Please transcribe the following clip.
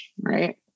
Right